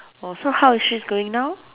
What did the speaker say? oh so how is she's going now